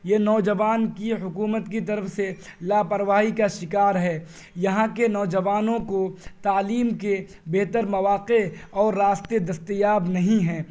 یہ نوجوان کی حکومت کی طرف سے لاپرواہی کا شکار ہے یہاں کے نوجوانوں کو تعلیم کے بہتر مواقع اور راستے دستیاب نہیں ہیں